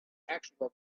actual